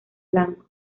blanco